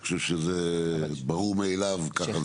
אני חשוב שזה ברור מאליו וככה זה עובד.